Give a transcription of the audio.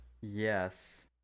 Yes